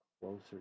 closer